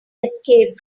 escaped